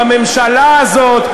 בממשלה הזאת,